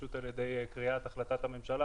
פשוט על ידי קריאת החלטת הממשלה,